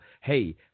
hey